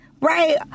Right